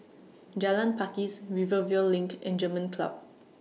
Jalan Pakis Rivervale LINK and German Club